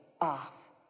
off